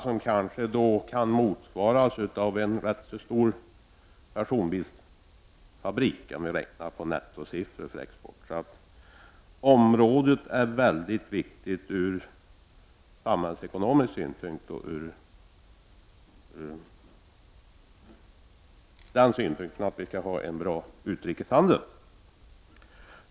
Det kan sägas motsvara en ganska stor personbilsfabrik räknat på nettosiffror för export. Området är således viktigt ur samhällsekonomisk synpunkt och ur synpunkten att vi skall ha en bra utrikeshandel.